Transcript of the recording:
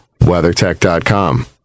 WeatherTech.com